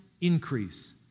increase